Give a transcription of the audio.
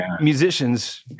musicians